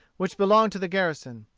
which belonged to the garrison.